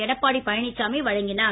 எடப்பாடி பழனிசாமி வழங்கினார்